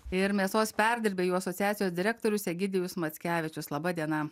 ir mėsos perdirbėjų asociacijos direktorius egidijus mackevičius laba diena